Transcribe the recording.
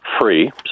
free